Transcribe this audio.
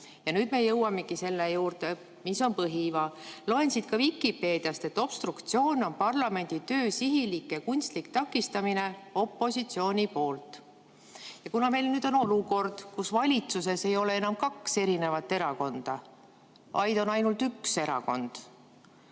Ja nüüd me jõuamegi selle juurde, mis on põhiiva. Loen Vikipeediast, et obstruktsioon on parlamendi töö sihilik ja kunstlik takistamine opositsiooni poolt. Meil on olukord, et valitsuses ei ole enam kahte erakonda, vaid on ainult üks erakond,